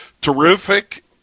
terrific